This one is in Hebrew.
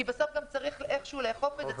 כי בסוף גם צריך איכשהו לאכוף את זה.